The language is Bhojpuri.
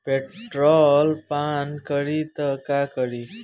पेट्रोल पान करी त का करी?